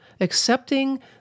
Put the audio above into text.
accepting